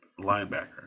linebacker